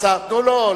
תנו לו.